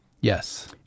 Yes